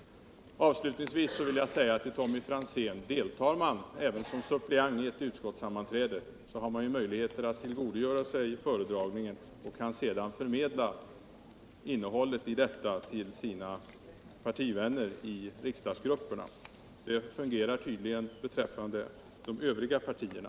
Avslutningsvis vill jag säga till Tommy Franzén: Deltar man som suppleant i ett utskottssammanträde har man ju möjligheter att tillgodogöra sig föredragningen och kan sedan förmedla innehållet i denna till sina partivänner i riksdagsgruppen. Det fungerar tydligen beträffande de övriga partierna.